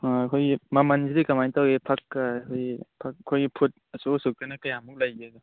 ꯑꯥ ꯑꯩꯈꯣꯏꯒꯤ ꯃꯃꯟꯁꯤꯗꯤꯗ ꯀꯃꯥꯏꯅ ꯇꯧꯏ ꯐꯛꯀ ꯑꯩꯈꯣꯏꯒꯤ ꯐꯛ ꯑꯩꯈꯣꯏꯒꯤ ꯐꯨꯠ ꯑꯁꯨꯛ ꯑꯁꯨꯛꯇꯅ ꯀꯌꯥꯃꯨꯛ ꯂꯩꯒꯦꯗꯣ